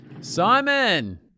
Simon